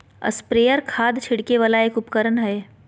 sprayer खाद छिड़के वाला एक उपकरण हय